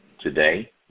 today